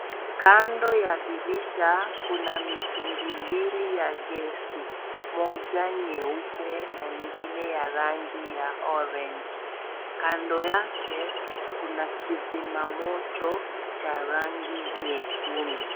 Kando ya dirisha kuna mitugi mbili ya gesi moja nyeupe na ingine ya rangi ya orange kando yake kuna kizima moto cha rangi nyekundu.